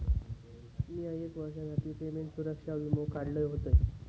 मिया एक वर्षासाठी पेमेंट सुरक्षा वीमो काढलय होतय